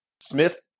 Smith